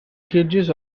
kyrgyz